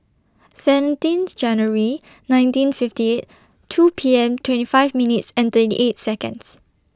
seventeenth January nineteen fifty eight two P M twenty five minutes and thirty eight Seconds